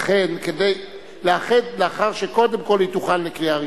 כדי לאחד, לאחר שקודם כול היא תוכן לקריאה ראשונה.